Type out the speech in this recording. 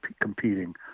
competing